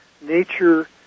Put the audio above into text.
nature